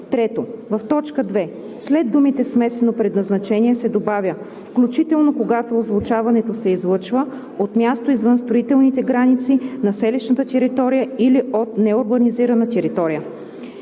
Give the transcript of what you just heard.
2“. 3. В т. 2 след думите „смесено предназначение“ се добавя „включително когато озвучаването се излъчва от място извън строителните граници на селищната територия или от неурбанизирана територия“.“